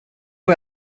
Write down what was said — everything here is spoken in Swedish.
jag